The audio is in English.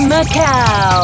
Macau